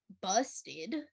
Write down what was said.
busted